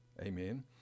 Amen